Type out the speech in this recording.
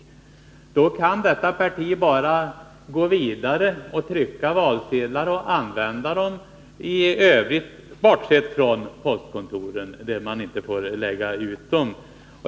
Ändå kan detta parti bara gå vidare och trycka valsedlar som kan användas på alla platser, bortsett från postkontoren där de inte får läggas ut.